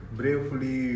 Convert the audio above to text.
bravely